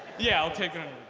yeah i'll take and